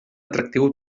atractiu